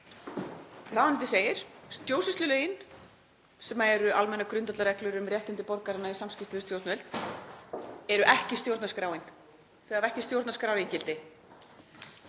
Ráðuneytið segir: Stjórnsýslulögin, sem eru almennar grundvallarreglur um réttindi borgaranna í samskiptum við stjórnvöld, eru ekki stjórnarskráin, þau hafa ekki stjórnarskrárígildi.